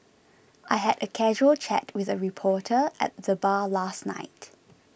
I had a casual chat with a reporter at the bar last night